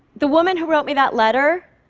the woman who wrote me that letter,